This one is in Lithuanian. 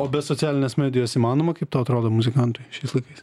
o be socialinės medijos įmanoma kaip tau atrodo muzikantui šiais laikais